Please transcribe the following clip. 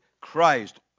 Christ